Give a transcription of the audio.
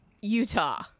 Utah